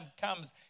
comes